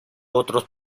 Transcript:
otros